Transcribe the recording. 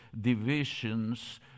divisions